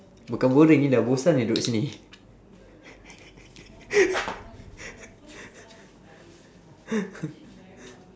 bukan boring ni dah bosan ni duduk sini